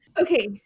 Okay